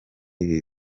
ibi